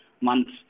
months